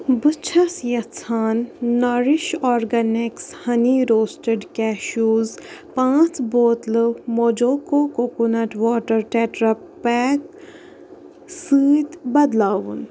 بہٕ چھَس یژھان Nourish organics honey roasted cashews پانٛژھ بوتلہٕ موجوکو کوکونٛٹ واٹر ٹٮ۪ٹرا پیٚک سۭتۍ بدلاوُن